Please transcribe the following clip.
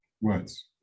words